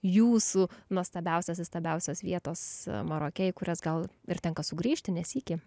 jūsų nuostabiausios įstabiausios vietos maroke į kurias gal ir tenka sugrįžti ne sykį